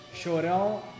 Chorão